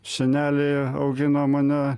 senelė augino mane